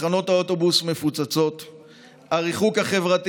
סקטור נבחר,